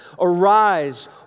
Arise